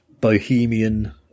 bohemian